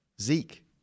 Zeke